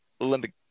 Olympic